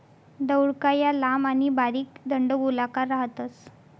दौडका या लांब आणि बारीक दंडगोलाकार राहतस